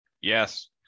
yes